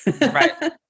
Right